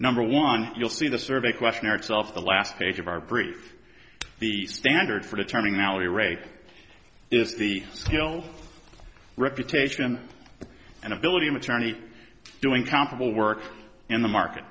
number one you'll see the survey questionnaire itself the last page of our brief the standard for turning our rate is the skills reputation and ability of attorney doing comparable work in the market